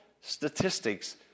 statistics